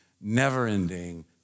never-ending